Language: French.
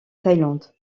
thaïlande